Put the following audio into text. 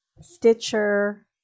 Stitcher